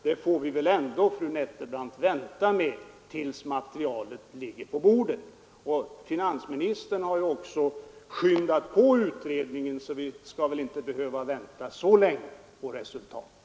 Det får vi väl ändå, fru Nettelbrandt, vänta med tills materialet ligger på bordet. Finansministern har ju också påskyndat utredningen, så vi skall väl inte behöva vänta så länge på resultatet.